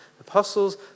Apostles